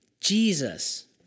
Jesus